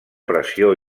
pressió